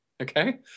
okay